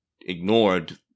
ignored